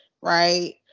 right